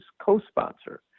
co-sponsor